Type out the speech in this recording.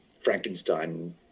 Frankenstein